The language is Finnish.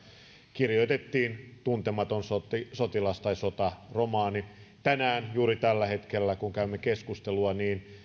kirjoitettiin tuntematon sotilas tai sotaromaani tänään juuri tällä hetkellä kun käymme keskustelua